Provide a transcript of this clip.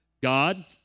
God